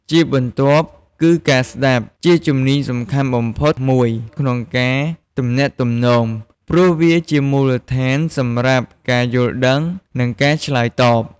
ជាបន្ទាប់ គឺការស្ដាប់ ជាជំនាញសំខាន់បំផុតមួយក្នុងការទំនាក់ទំនង ព្រោះវាជាមូលដ្ឋានសម្រាប់ការយល់ដឹង និងការឆ្លើយតប។